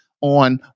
on